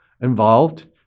involved